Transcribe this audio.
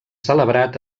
celebrat